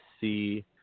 see